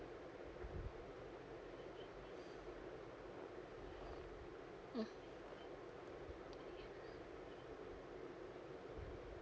mm